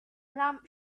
lamp